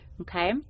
Okay